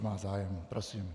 Má zájem, prosím.